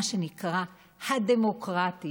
מה שנקרא הדמוקרטיים,